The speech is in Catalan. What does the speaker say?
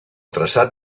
traçat